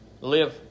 live